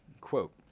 quote